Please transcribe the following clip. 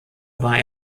war